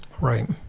Right